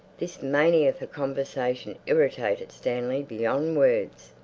this mania for conversation irritated stanley beyond words.